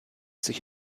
sich